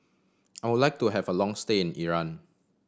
I would like to have a long stay in Iran